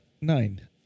nine